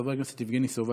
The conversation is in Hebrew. חבר הכנסת יבגני סובה,